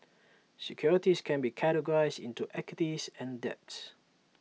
securities can be categorized into equities and debts